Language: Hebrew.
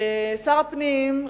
שר הפנים,